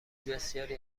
بسیاری